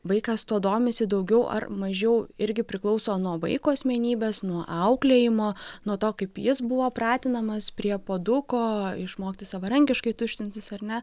vaikas tuo domisi daugiau ar mažiau irgi priklauso nuo vaiko asmenybės nuo auklėjimo nuo to kaip jis buvo pratinamas prie puoduko išmokti savarankiškai tuštintis ar ne